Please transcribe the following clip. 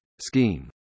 scheme